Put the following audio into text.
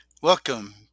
Welcome